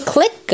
Click